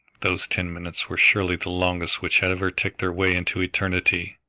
those ten minutes were surely the longest which had ever ticked their way into eternity!